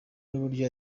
n’uburyo